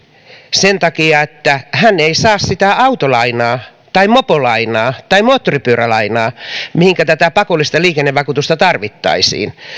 sen takia että hän ei saa sitä autolainaa tai mopolainaa tai moottoripyörälainaa mihinkä tätä pakollista liikennevakuutusta tarvittaisiin